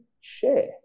share